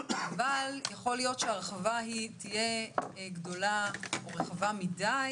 אבל יכול להיות שההרחבה תהיה גדולה ורחבה מדי